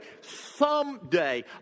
someday